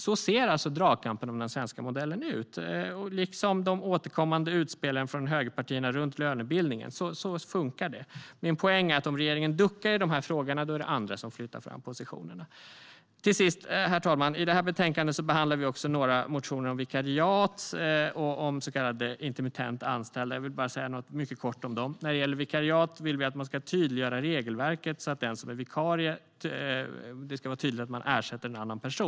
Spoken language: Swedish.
Så ser dragkampen om den svenska modellen ut, liksom med de återkommande utspelen från högerpartierna om lönebildningen. Så funkar det. Min poäng är att om regeringen duckar i de frågorna är det andra som flyttar fram positionerna. Herr talman! I detta betänkande behandlar vi till sist några motioner om vikariat och om så kallade intermittent anställda. Jag vill säga något mycket kort om dem. När det gäller vikariat vill vi att man ska tydliggöra regelverket så att det ska vara tydligt att vikarien ersätter en annan person.